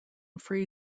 free